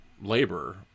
labor